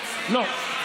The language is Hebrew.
לא.